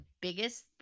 biggest